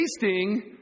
tasting